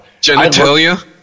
Genitalia